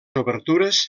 obertures